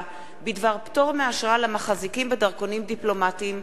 בדבר פטור מאשרה למחזיקים בדרכונים דיפלומטיים,